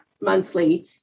monthly